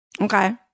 okay